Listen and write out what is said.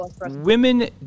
women